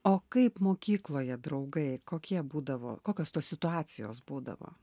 o kaip mokykloje draugai kokie būdavo kokios tos situacijos būdavo